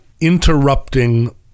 interrupting